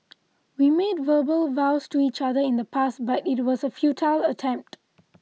we made verbal vows to each other in the past but it was a futile attempt